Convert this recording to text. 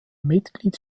mitglied